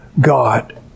God